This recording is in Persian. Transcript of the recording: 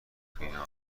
فینال